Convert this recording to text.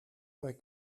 pas